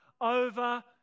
over